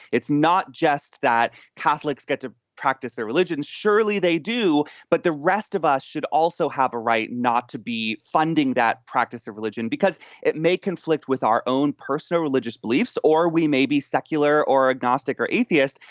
it's not just that catholics get to practice their religion. surely they do. but the rest of us should also have a right not to be funding that practice of religion because it may conflict with our own personal religious beliefs, or we may be secular or agnostic or atheist,